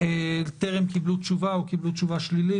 טרם קיבלו תשובה או קיבלו תשובה שלילית.